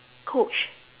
coach